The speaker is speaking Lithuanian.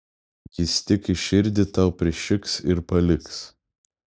jis tik į širdį tau prišiks ir paliks